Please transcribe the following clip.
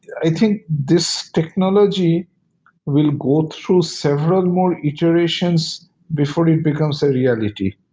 i think this technology will go through several more iterations before becomes a reality.